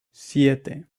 siete